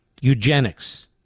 Eugenics